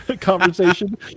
conversation